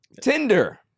Tinder